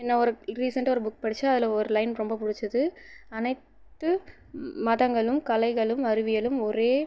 என்ன ஒரு ரீசென்ட்டாக ஒரு புக் படித்தேன் அதில் ஒரு லைன் ரொம்ப பிடிச்சிது அனைத்து மதங்களும் கலைகளும் அறிவியலும் ஒரே